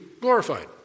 glorified